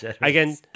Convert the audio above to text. again